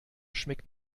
schmeckt